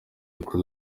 y’uko